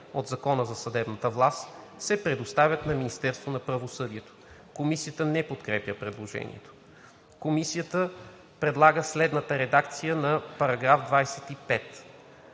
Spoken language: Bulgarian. от Закона за съдебната власт, се предоставят на Министерството на правосъдието.“ Комисията не подкрепя предложението. Комисията предлага следната редакция на § 25: „§ 25.